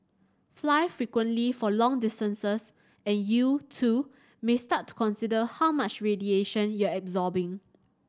fly frequently for long distances and you too may start to consider how much radiation you're absorbing